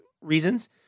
reasons